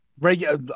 regular